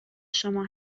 شما